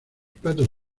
platos